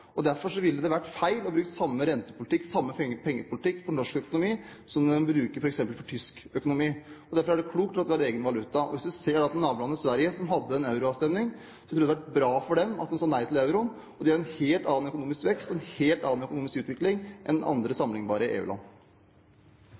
Derfor ville det ha vært feil å bruke samme rentepolitikk og samme pengepolitikk for norsk økonomi som man bruker for f.eks. tysk økonomi. Derfor er det klokt at vi har egen valuta. Hvis man ser til nabolandet Sverige, som hadde en euroavstemning, tror jeg det har vært bra for dem at de sa nei til euro. De har en helt annen økonomisk vekst og